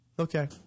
Okay